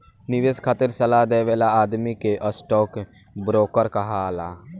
निवेश खातिर सलाह देवे वाला आदमी के स्टॉक ब्रोकर कहाला